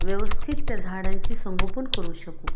व्यवस्थित त्या झाडांची संगोपन करू शकू